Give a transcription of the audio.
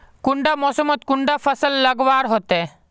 कुंडा मोसमोत कुंडा फसल लगवार होते?